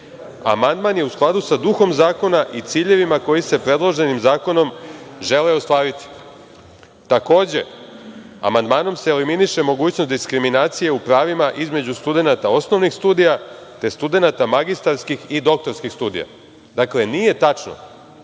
Amandman je u skladu sa duhom zakona i ciljevima koji se predloženim zakonom žele ostvariti. Takođe, amandmanom se eliminiše mogućnost diskriminacije u pravima između studenata osnovnih studija, te studenata magistarskih i doktorskih studija. Dakle, nije tačno